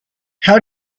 how